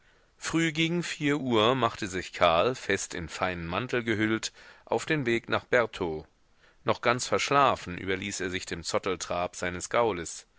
früh gegen vier uhr machte sich karl fest in feinen mantel gehüllt auf den weg nach bertaux noch ganz verschlafen überließ er sich dem zotteltrab seines gaules